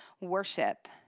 worship